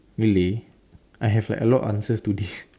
really I have like a lot answers to this